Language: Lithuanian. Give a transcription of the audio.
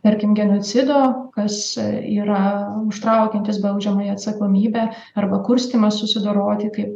tarkim genocido kas yra užtraukiantis baudžiamąją atsakomybę arba kurstymas susidoroti kaip